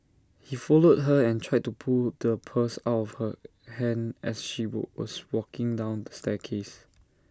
he followed her and tried to pull the purse out of her hand as she was walking down the staircase